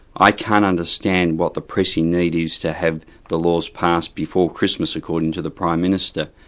i can't understand what the pressing need is to have the laws passed before christmas, according to the prime minister,